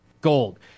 gold